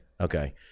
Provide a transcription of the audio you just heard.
okay